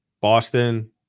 Boston